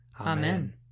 Amen